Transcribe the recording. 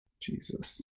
Jesus